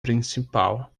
principal